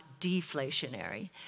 deflationary